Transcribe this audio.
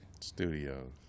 Studios